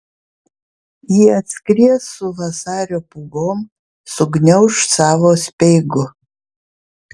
ji atskries su vasario pūgom sugniauš savo speigu